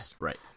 right